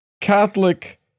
Catholic